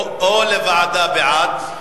או לוועדה, בעד,